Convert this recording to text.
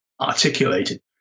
articulated